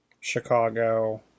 chicago